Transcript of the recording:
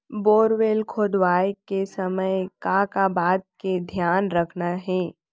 Borewell खोदवाए के समय का का बात के धियान रखना हे?